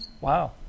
Wow